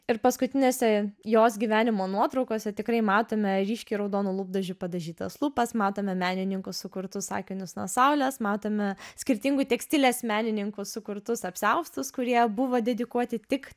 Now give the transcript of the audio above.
ir paskutinėse jos gyvenimo nuotraukose tikrai matome ryškiai raudonų lūpdažių padažytas lūpas matome menininkų sukurtus akinius nuo saulės matome skirtingų tekstilės menininkų sukurtus apsiaustus kurie buvo dedikuoti tik